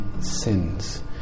sins